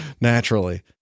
naturally